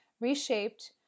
reshaped